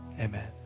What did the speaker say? Amen